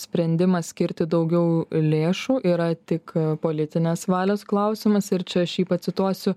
sprendimas skirti daugiau lėšų yra tik politinės valios klausimas ir čia aš jį pacituosiu